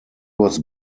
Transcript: was